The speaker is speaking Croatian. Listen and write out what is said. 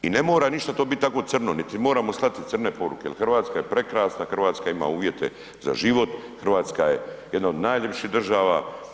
I ne mora ništa to biti tako crno niti moramo slati crne poruke jel Hrvatska je prekrasna, Hrvatska ima uvjete za život, Hrvatska je jedna od najljepših država.